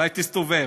אולי תסתובב?